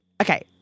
Okay